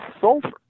sulfur